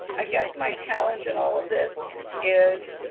i guess my challenge in all of this is